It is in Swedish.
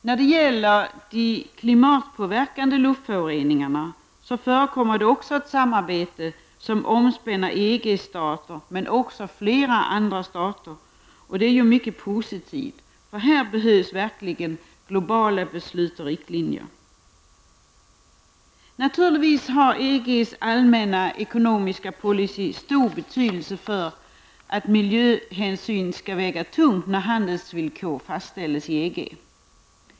När det gäller de klimatpåverkande luftföroreningarna förekommer det också ett samarbete som omspänner EG-stater men också flera andra stater, och det är mycket positivt. Här behövs verkligen globala beslut och riktlinjer. Naturligtvis har EGs allmänna ekonomiska policy stor betydelse för att miljöhänsynen skall väga tungt när handelsvillkor fastställs.